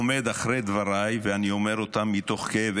אני עומד מאחורי דבריי ואני אומר אותם מתוך כאב.